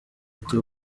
ati